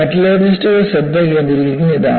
മെറ്റലർജിസ്റ്റുകൾ ശ്രദ്ധ കേന്ദ്രീകരിക്കുന്നത് ഇതാണ്